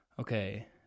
okay